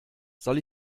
soll